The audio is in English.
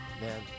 man